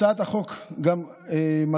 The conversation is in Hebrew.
הצעת החוק גם מסדירה,